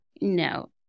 no